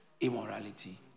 immorality